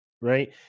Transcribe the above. right